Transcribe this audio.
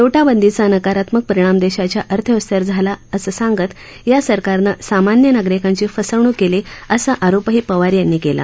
no बेदीचा नकारात्मक परिणाम देशाच्या अर्थव्यवस्थेवर झाला असं सांगत या सरकारनं सामान्य नागरिकांची फसवणूक केली असा आरोपही पवार यांनी केला